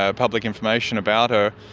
ah public information about her.